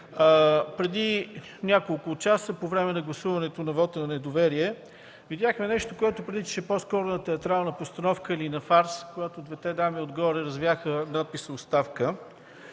Преди няколко часа, по време на гласуването на вота на недоверие, видяхме нещо, което по-скоро приличаше на театрална постановка или на фарс, когато двете дами отгоре развяха надпис „Оставка”.